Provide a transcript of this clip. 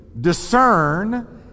discern